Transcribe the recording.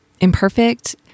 Imperfect